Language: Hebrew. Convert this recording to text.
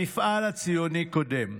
המפעל הציוני קודם".